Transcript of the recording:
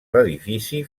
l’edifici